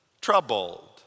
troubled